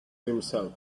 himself